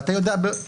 ואתה יודע בוודאות,